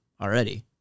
already